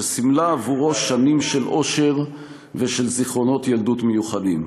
שסימלה עבורו שנים של אושר ושל זיכרונות ילדות מיוחדים.